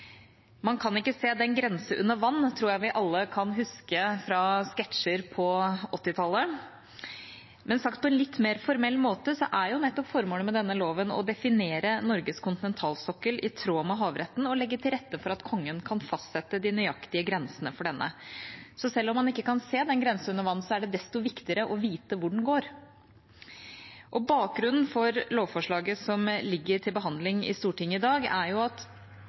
kan ikke se den grense under vann», tror jeg vi alle kan huske fra sketsjer på 1980-tallet. Men sagt på en litt mer formell måte er formålet med denne loven nettopp å definere Norges kontinentalsokkel i tråd med havretten og legge til rette for at Kongen kan fastsette de nøyaktige grensene for denne. Så om man ikke kan se «den grense under vann», er det desto viktigere å vite hvor den går. Bakgrunnen for lovforslaget som ligger til behandling i Stortinget i dag, er at